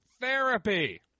therapy